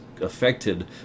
affected